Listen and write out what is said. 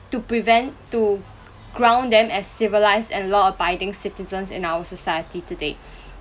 to prevent to ground them as civilized and law abiding citizens in our society today